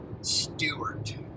Stewart